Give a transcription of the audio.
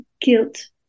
guilt